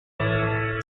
mieux